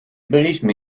byliśmy